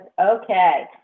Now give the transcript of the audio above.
Okay